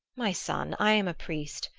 my son, i am a priest,